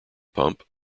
pump